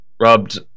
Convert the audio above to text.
rubbed